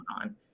on